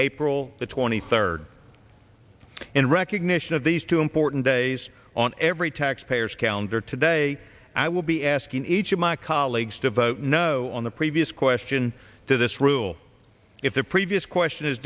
april twenty third in recognition of these two important days on every taxpayer's calendar today i will be asking each of my colleagues to vote no on the previous question to this rule if the previous question is